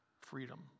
freedom